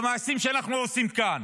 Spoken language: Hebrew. ובמעשים שאנחנו עושים כאן.